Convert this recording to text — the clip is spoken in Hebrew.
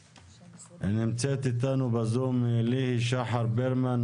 נמצאת איתנו בזום ליהי שחר ברמן,